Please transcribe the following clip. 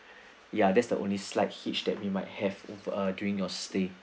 ya that's the only slight hitch that we might have ove~ uh during your stay